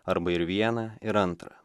arba ir viena ir antra